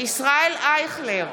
ישראל אייכלר,